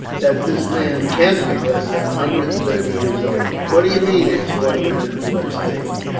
that this man can't be less than a hundred and thirty years old. what d'ye mean? asked one of the men who had stayed.